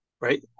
right